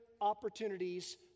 opportunities